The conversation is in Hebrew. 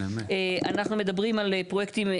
אנחנו מדברים על פרויקטים,